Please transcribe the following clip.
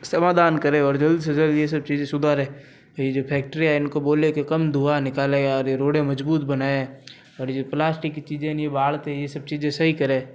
समाधान करें और जल्द से जल्द ये सब चीज़ें सुधारें यह जो फैक्ट्रियाँ है इनको बोले कि कम धुआँ निकालें या ये रोडे मजबूत बनाएँ और ये जो प्लास्टिक की चीजें हैं नहीं ये बाहर से ये सब चीज़ें सही करें